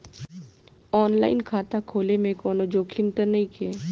आन line खाता खोले में कौनो जोखिम त नइखे?